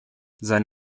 sein